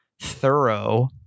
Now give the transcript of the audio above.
thorough